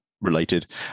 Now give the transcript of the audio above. related